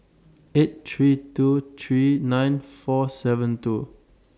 eight three two three nine four seven two